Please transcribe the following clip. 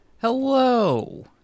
Hello